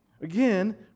Again